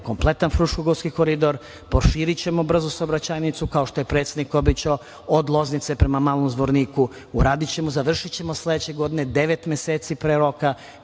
kompletan Fruškogorski koridor, proširićemo brzu saobraćajnicu, kao što je predsednik, obećao od Loznice prema Malom Zvorniku, uradićemo, završićemo sledeće godine devet meseci pre roka